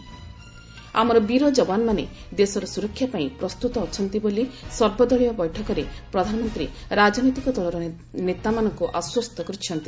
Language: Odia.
ଆମର ବୀର ଜବାନମାନେ ଦେଶର ସୁରକ୍ଷା ପାଇଁ ପ୍ରସ୍ତୁତ ଅଛନ୍ତି ବୋଲି ସର୍ବଦଳୀୟ ବୈଠକରେ ପ୍ରଧାନମନ୍ତ୍ରୀ ରାଜନୈତିକ ଦଳର ନେତାମାନଙ୍କୁ ଆଶ୍ୱସ୍ତ କରିଛନ୍ତି